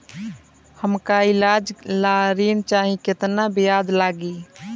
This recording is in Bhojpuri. हमका ईलाज ला ऋण चाही केतना ब्याज लागी?